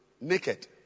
naked